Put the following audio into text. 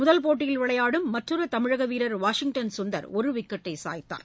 முதல் போட்டியில் விளையாடும் மற்றொருதமிழகவீரர் வாஷிங்டன் சுந்தர் ஒருவிக்கெட்டைசாய்த்தார்